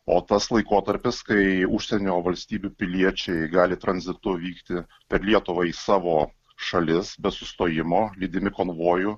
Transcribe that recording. o tas laikotarpis kai užsienio valstybių piliečiai gali tranzitu vykti per lietuvą į savo šalis be sustojimo lydimi konvojų